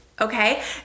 Okay